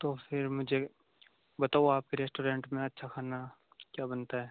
तो फ़िर मुझे बताओ आपके रेस्टोरेन्ट में अच्छा खाना क्या बनता है